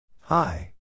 Hi